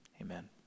Amen